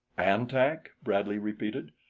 an-tak! bradley repeated.